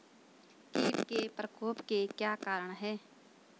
कीट के प्रकोप के क्या कारण हैं?